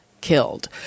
killed